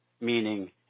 meaning